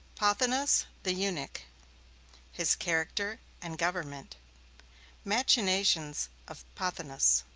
pothinus, the eunuch his character and government machinations of pothinus